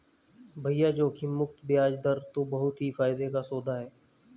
भैया जोखिम मुक्त बयाज दर तो बहुत ही फायदे का सौदा है